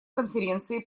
конференции